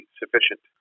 sufficient